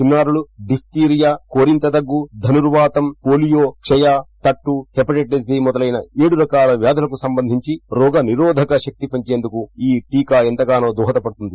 చిన్సారులు diphtheria కోరింతదగ్గు ధనుర్వాతం polio క్షయ తట్టు హెపటైటిస్ బి మొదలైన ఏడు రకాల వ్యాధులకు సంబంధించి రోగ నిరోధక శక్తి పెంచేందుకు ఈ టీకా దోహదపడుతుది